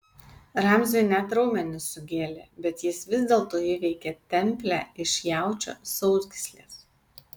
ramziui net raumenis sugėlė bet jis vis dėlto įveikė templę iš jaučio sausgyslės